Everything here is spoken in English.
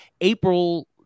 April